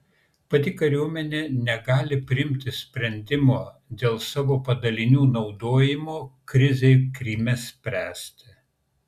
pati kariuomenė negali priimti sprendimo dėl savo padalinių naudojimo krizei kryme spręsti